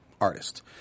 artist